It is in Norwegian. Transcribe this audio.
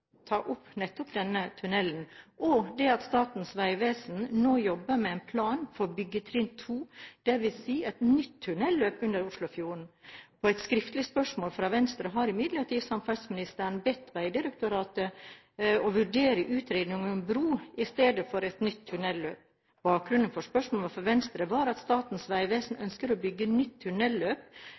opp nettopp denne tunnelen og det at Statens vegvesen nå jobber med en plan for byggetrinn 2, dvs. et nytt tunnelløp under Oslofjorden. På et skriftlig spørsmål fra Venstre har imidlertid samferdselsministeren bedt Vegdirektoratet vurdere utredningen av en bro istedenfor et nytt tunnelløp. Bakgrunnen for spørsmålet fra Venstre var at Statens vegvesen ønsker å bygge et nytt tunnelløp